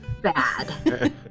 bad